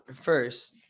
first